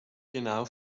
genau